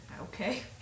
Okay